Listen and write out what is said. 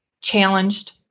challenged